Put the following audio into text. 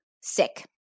sick